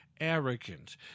arrogant